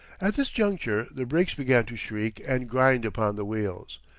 at this juncture the brakes began to shriek and grind upon the wheels.